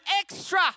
extra